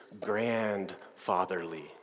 grandfatherly